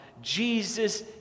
Jesus